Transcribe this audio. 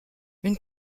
une